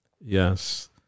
Yes